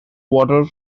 water